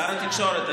שר התקשורת,